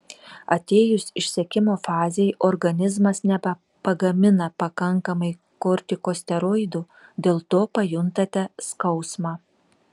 atėjus išsekimo fazei organizmas nebepagamina pakankamai kortikosteroidų dėl to pajuntate skausmą